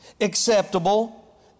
acceptable